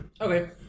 okay